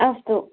अस्तु